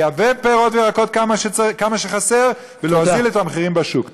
לייבא פירות וירקות כמה שחסר ולהוריד את המחירים בשוק.